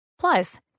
Plus